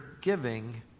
giving